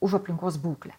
už aplinkos būklę